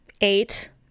Eight